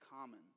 common